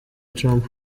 trump